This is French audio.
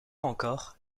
encore